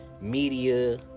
media